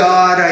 God